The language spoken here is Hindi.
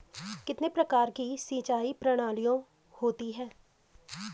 कितने प्रकार की सिंचाई प्रणालियों होती हैं?